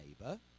neighbor